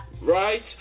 right